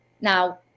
now